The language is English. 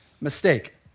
mistake